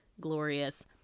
glorious